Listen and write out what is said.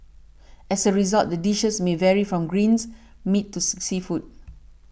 as a result the dishes may vary from greens meat to sick seafood